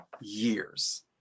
years